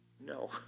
No